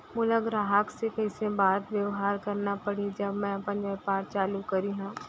मोला ग्राहक से कइसे बात बेवहार करना पड़ही जब मैं अपन व्यापार चालू करिहा?